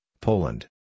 Poland